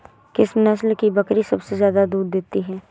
किस नस्ल की बकरी सबसे ज्यादा दूध देती है?